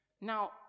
Now